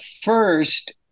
first